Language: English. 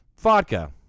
vodka